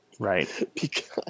Right